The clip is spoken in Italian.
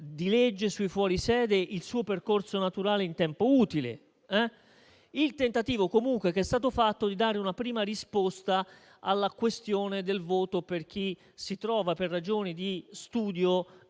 di legge sui fuori sede il suo percorso naturale in tempo utile. Ma è comunque giusto il tentativo di dare una prima risposta alla questione del voto per chi si trova, per ragioni di studio,